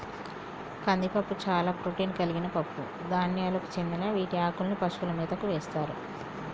కందిపప్పు చాలా ప్రోటాన్ కలిగిన పప్పు ధాన్యాలకు చెందిన వీటి ఆకుల్ని పశువుల మేతకు వేస్తారు